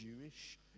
Jewish